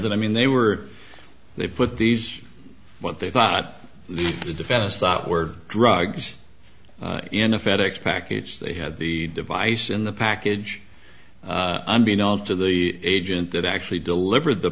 that i mean they were they put these what they thought the defendants thought were drugs in a fed ex package they had the device in the package unbeknownst to the agent that actually delivered the